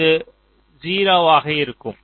இது 0 ஆக இருக்கும்